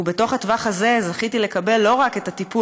ובתוך הטווח הזה זכיתי לקבל לא רק את הטיפול